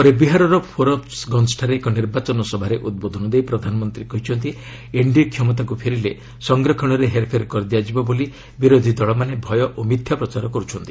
ପରେ ବିହାରର ଫୋରବସ୍ଗଞ୍ଜଠାରେ ଏକ ନିର୍ବାଚନ ସଭାରେ ଉଦ୍ବୋଧନ ଦେଇ ପ୍ରଧାନମନ୍ତ୍ରୀ କହିଛନ୍ତି ଏନ୍ଡିଏ କ୍ଷମତାକୁ ଫେରିଲେ ସଂରକ୍ଷଣରେ ହେରଫେର କରାଯିବ ବୋଲି ବିରୋଧୀ ଦଳମାନେ ଭୟ ଓ ମିଥ୍ୟା ପ୍ରଚାର କରୁଛନ୍ତି